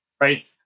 right